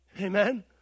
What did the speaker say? Amen